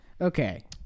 Okay